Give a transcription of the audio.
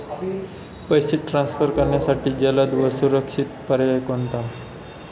पैसे ट्रान्सफर करण्यासाठी जलद व सुरक्षित पर्याय कोणता?